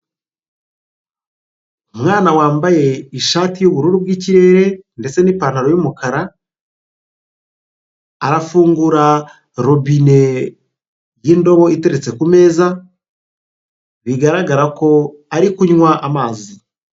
Umwana wambaye ishati y'ubururu bw'ikirere ndetse n'ipantaro y'umukara, arafungura robine y'indobo iteretse ku meza, bigaragara ko ari kunywa amazi.